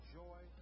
joy